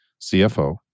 CFO